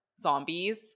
zombies